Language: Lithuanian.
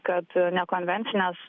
kad ne konvencinės